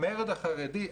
המרד החרדי,